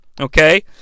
Okay